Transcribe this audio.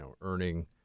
earning